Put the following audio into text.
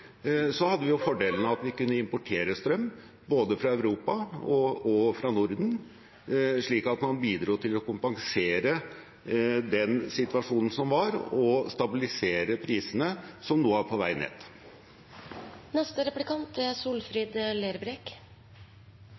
fordelen av at vi kunne importere strøm både fra Europa og fra Norden, slik at man bidro til å kompensere den situasjonen som var og stabilisere prisene, som nå er på vei ned. Regjeringa har stramma kraftig inn i arbeidsavklaringspengane. Det er